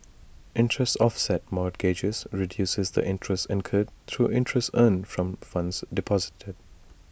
interest offset mortgages reduces the interest incurred through interest earned from funds deposited